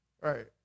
Right